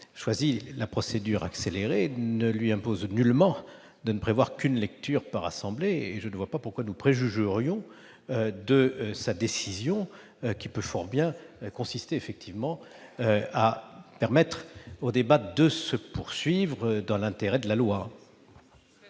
de la procédure accélérée ne lui impose nullement de ne prévoir qu'une lecture par assemblée. Je ne vois pas pourquoi nous préjugerions de sa décision, qui peut fort bien consister à permettre au débat de se poursuivre dans l'intérêt de la loi.